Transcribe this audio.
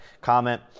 comment